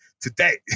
today